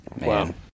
Wow